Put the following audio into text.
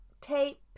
Tape